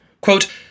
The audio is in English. Quote